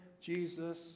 Jesus